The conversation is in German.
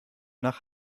nach